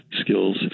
skills